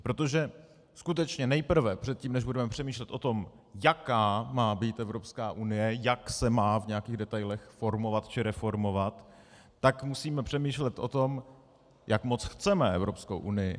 Protože skutečně nejprve, předtím než budeme přemýšlet o tom, jaká má být Evropská unie, jak se má v nějakých detailech formovat či reformovat, musíme přemýšlet o tom, jak moc chceme Evropskou unii.